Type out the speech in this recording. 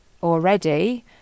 already